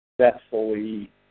successfully